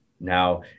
Now